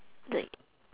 the